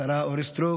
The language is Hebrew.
השרה אורית סטרוק,